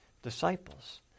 disciples